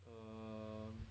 err